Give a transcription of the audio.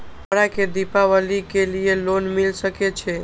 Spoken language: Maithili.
हमरा के दीपावली के लीऐ लोन मिल सके छे?